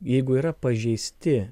jeigu yra pažeisti